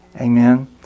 Amen